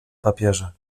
papierze